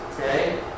Okay